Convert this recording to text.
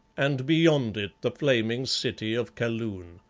and beyond it the flaming city of kaloon.